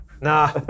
Nah